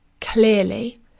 clearly